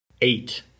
Eight